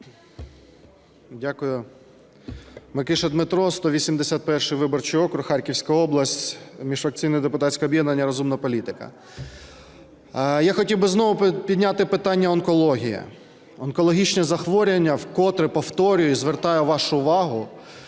Дякую. Микиша Дмитро, 181 виборчий округ, Харківська область, міжфракційне депутатське об'єднання "Розумна політика". Я хотів би знову підняти питання онкології. Онкологічні захворювання, вкотре повторюю і звертаю вашу увагу,